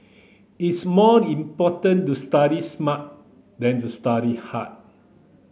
it's more important to study smart than to study hard